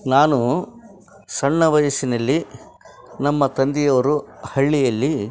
ನಾನು ಸಣ್ಣ ವಯಸ್ಸಿನಲ್ಲಿ ನಮ್ಮ ತಂದೆಯವರು ಹಳ್ಳಿಯಲ್ಲಿ